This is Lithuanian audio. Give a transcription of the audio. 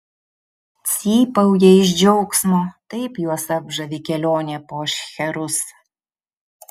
cypauja iš džiaugsmo taip juos apžavi kelionė po šcherus